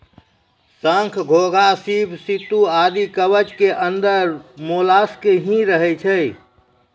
शंख, घोंघा, सीप, सित्तू आदि कवच के अंदर मोलस्क ही रहै छै